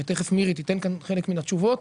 ותכף מירי תיתן כאן חלק מן התשובות,